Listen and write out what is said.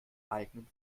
eignen